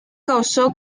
causó